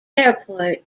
airport